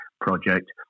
project